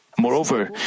Moreover